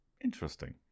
Interesting